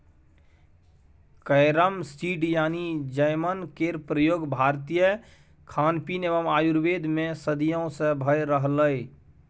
carrom seed यानी जमैन केर प्रयोग भारतीय खानपीन एवं आयुर्वेद मे सदियों सँ भ रहलैए